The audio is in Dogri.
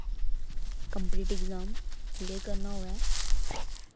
कम्पिटीटिव एग्जाम क्लेअर करना होऐ